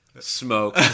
smoke